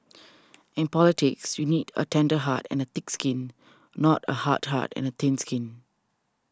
in politics you need a tender heart and a thick skin not a hard heart and thin skin